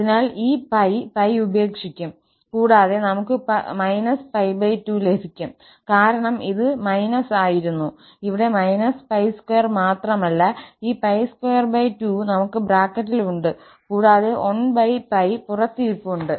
അതിനാൽ ഈ 𝜋 𝜋ഉപേക്ഷിക്കും കൂടാതെ നമുക് −𝜋2 ലഭിക്കും കാരണം ഇത് ′−′ ആയിരുന്നു ഇവിടെ −𝜋2 മാത്രമല്ല ഈ 𝜋22 നമുക് ബ്രാക്കറ്റിൽ ഉണ്ട് കൂടാതെ 1𝜋പുറത്തു ഇരിപ്പുണ്ട്